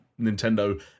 Nintendo